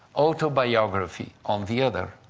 autobiography on the other.